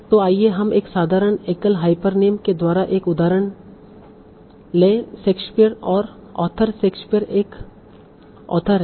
तो आइए हम एक साधारण एकल हाइपरनीम के द्वारा एक उदाहरण है शेक्सपियर और ऑथर शेक्सपियर एक ऑथर हैं